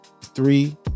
Three